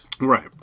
Right